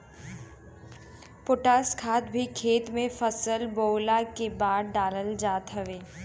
potash खाद भी खेत में फसल बोअला के बाद डालल जात हवे